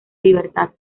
libertad